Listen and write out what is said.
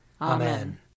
Amen